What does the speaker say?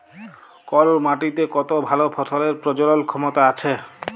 call মাটিতে কত ভাল ফসলের প্রজলল ক্ষমতা আছে